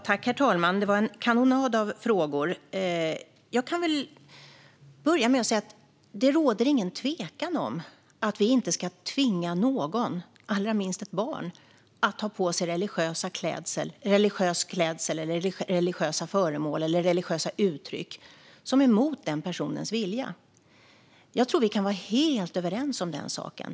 Herr talman! Det var en kanonad av frågor. Låt mig börja med att säga att det inte råder någon tvekan om att vi inte ska tvinga någon - allra minst ett barn - att ha på sig religiös klädsel eller religiösa föremål eller uttryck som går emot personens vilja. Jag tror att vi kan vara helt överens om den saken.